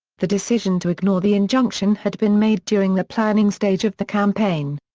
the decision to ignore the injunction had been made during the planning stage of the campaign.